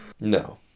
No